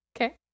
Okay